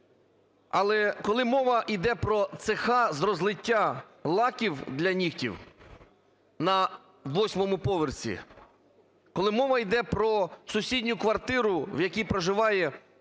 Але, коли мова йде про цеха з розлиття лаків для нігтів на 8-му поверсі, коли мова йде про сусідню квартиру, в якій проживає